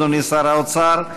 אדוני שר האוצר,